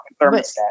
thermostat